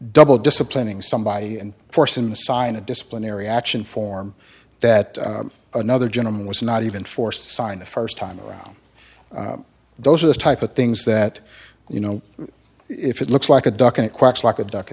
double disciplining somebody and forcing the sign a disciplinary action form that another gentleman was not even forced to sign the first time around those are the type of things that you know if it looks like a duck and quacks like a duck